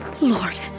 Lord